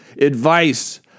advice